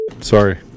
Sorry